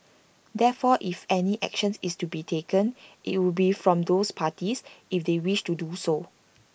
therefore if any action is to be taken IT would be from those parties if they wish to do so